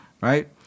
right